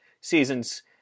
Seasons